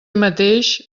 mateix